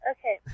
Okay